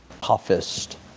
toughest